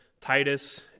Titus